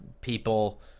people